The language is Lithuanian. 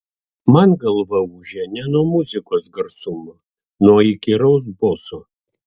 man galva ūžė ne nuo muzikos garsumo nuo įkyraus boso